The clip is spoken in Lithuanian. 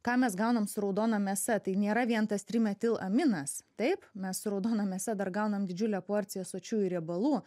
ką mes gaunam su raudona mėsa tai nėra vien tas trimetilaminas taip mes su raudona mėsa dar gaunam didžiulę porciją sočiųjų riebalų